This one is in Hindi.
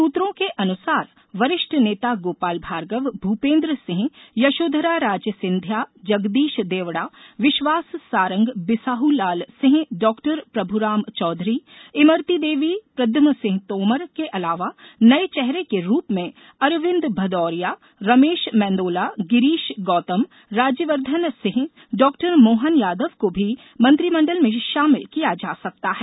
सूत्रों के अनुसार वरिष्ठ नेता गोपाल भार्गव भूपेन्द्र सिंह यशोधरा राजे सिंधिया जगदीश देवड़ा विश्वास सारंग बिसाहुलाल सिंह डॉक्टर प्रभुराम चौधरी इमरती देवी प्रद्यम्न सिंह तोमर के अलावा नये चेहरे के रूप में अरविंद भदौरिया रमेश मेंदोला गिरीश गौतम राज्यवर्धन सिंह डॉक्टर मोहन यादव को भी मत्रिमंडल में शामिल किया जा सकता है